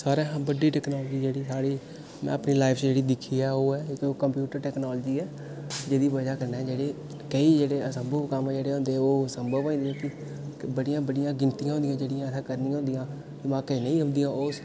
सारें कशा बड्डी टेक्नोलॉजी जेह्ड़ी साढ़ी में अपनी लाईफ च जेह्ड़ी दिक्खी ऐ ओह् ऐ कंप्यूटर टेक्नोलॉजी ऐ जेह्दी बजह कन्नै जेह्ड़े केईं जेह्ड़े असंभव कम्म जेह्ड़े होंदे हे ओह् संभव होई जंदे बड्डियां बड्डियां गिनतियां होंदियां जेह्ड़ियां असें करना होंदियां दमाकै ई नेईं औंदियां ओह्